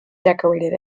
decorated